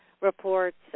reports